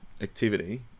activity